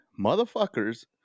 motherfuckers